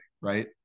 right